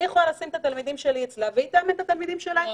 אני יכולה לשים את התלמידים שלה והיא שמה את התלמידים שלה אצלי.